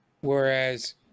Whereas